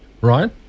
Right